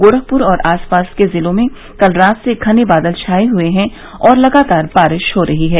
गोरखपुर और आसपास के जिलों कल रात से घने बादल छाए हुए हैं और लगातार बारिश हो रही है